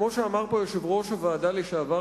כמו שאמר פה יושב-ראש הוועדה לשעבר,